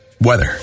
Weather